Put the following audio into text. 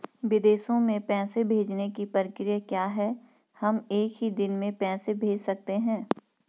विदेशों में पैसे भेजने की प्रक्रिया क्या है हम एक ही दिन में पैसे भेज सकते हैं?